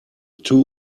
two